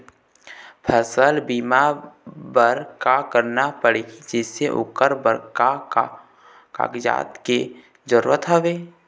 फसल बीमा बार का करना पड़ही जैसे ओकर बर का का कागजात के जरूरत हवे?